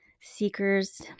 seekers